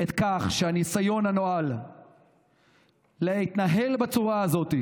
כך שהניסיון להתנהל בצורה הזאת,